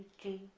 g,